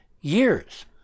years